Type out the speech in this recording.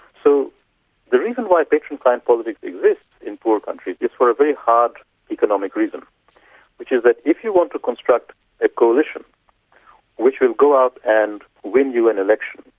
so the reason why patron-client politics exists in poor countries is for a very hard economic reason which is that if you want to construct a coalition which will go out and win you an election,